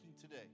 today